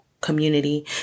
community